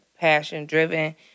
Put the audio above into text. passion-driven